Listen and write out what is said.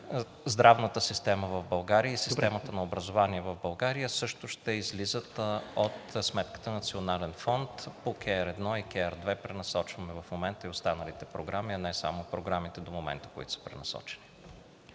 здравната система в България и системата на образование в България, също ще излизат от сметката на Националния фонд по CARE-1 и CARE-2, пренасочваме в момента и останалите програми, а не само програмите до момента, които са пренасочени.